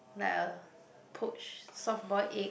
like a poach soft boil egg